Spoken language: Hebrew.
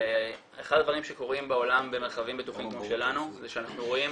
אחד דברים שקורים בעולם במרחבים בטוחים כמו שלנו זה שאנחנו רואים